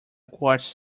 quartz